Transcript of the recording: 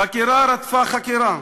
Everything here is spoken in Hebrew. חקירה רדפה חקירה.